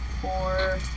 four